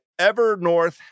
EverNorth